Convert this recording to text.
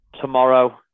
tomorrow